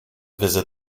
visit